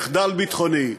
מחדל ביטחוני,